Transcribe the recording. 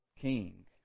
king